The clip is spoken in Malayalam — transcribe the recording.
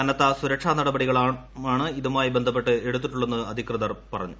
കനത്ത സുരക്ഷാ നടപടികളാണ് ഇതുമായി പ്പിസ്പ്പെട്ട് എടുത്തിട്ടുള്ളതെന്ന് അധികൃതർ പറഞ്ഞു